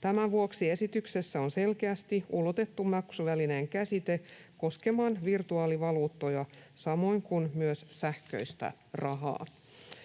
Tämän vuoksi esityksessä on selkeästi ulotettu maksuvälineen käsite koskemaan virtuaalivaluuttoja samoin kuin sähköistä rahaa.